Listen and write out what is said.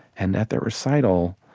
and at the recital,